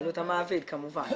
בעלות המעביד, כמובן.